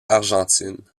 argentine